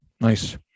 Nice